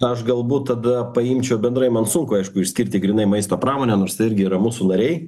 aš galbūt tada paimčiau bendrai man sunku aišku išskirti grynai maisto pramonę nors tai irgi yra mūsų nariai